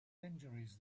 injuries